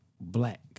black